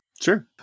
Sure